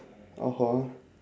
(uh huh)